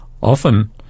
Often